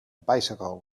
bicycle